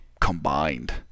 combined